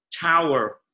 tower